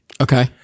Okay